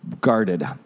guarded